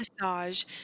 massage